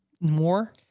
More